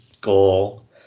goal